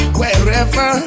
wherever